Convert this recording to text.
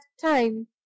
time